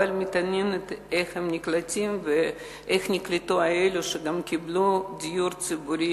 אבל מתעניינת איך הם נקלטים ואיך נקלטו אלה שגם קיבלו דיור ציבורי